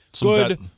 good